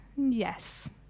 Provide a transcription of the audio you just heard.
Yes